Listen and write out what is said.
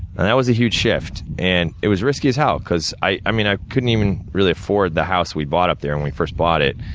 and, that was a huge shift, and it was risky as hell, because i i mean, i couldn't even really afford the house we bought up there when and we first bought it.